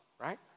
right